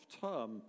term